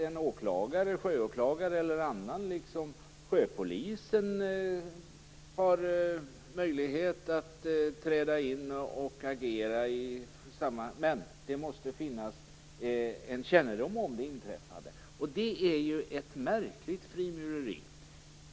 En sjöåklagare och sjöpolisen har möjlighet att träda in och agera, men det måste ju finnas en kännedom om det inträffade. Det är ett märkligt frimureri.